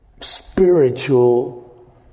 spiritual